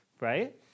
right